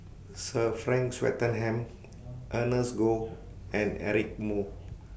Sir Frank Swettenham Ernest Goh and Eric Moo